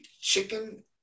chicken